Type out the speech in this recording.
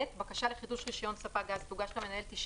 בקשה לחידוש רישיון ספק גז תוגש למנהל 90